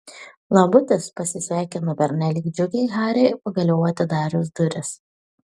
labutis pasisveikinu pernelyg džiugiai hariui pagaliau atidarius duris